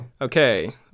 okay